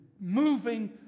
moving